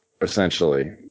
essentially